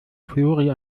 flori